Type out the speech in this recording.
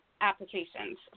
applications